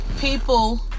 people